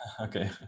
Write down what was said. okay